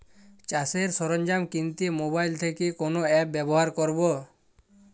চাষের সরঞ্জাম কিনতে মোবাইল থেকে কোন অ্যাপ ব্যাবহার করব?